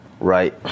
right